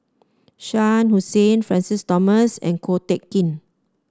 Shah Hussain Francis Thomas and Ko Teck Kin